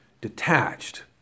detached